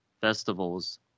festivals